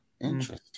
Interesting